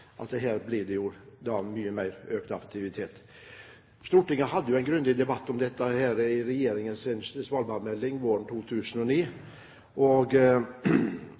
at her blir det økt aktivitet. Stortinget hadde en grundig debatt om dette i forbindelse med regjeringens svalbardmelding våren 2009.